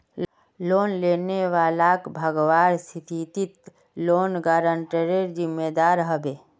loan लेने वालाक भगवार स्थितित लोन गारंटरेर जिम्मेदार ह बे